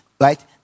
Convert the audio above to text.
right